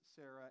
Sarah